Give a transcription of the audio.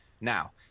Now